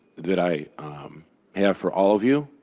that i have for all of you,